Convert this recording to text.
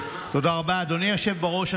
אדוני היושב בראש,